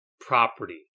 property